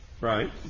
Right